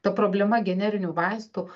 ta problema generinių vaistų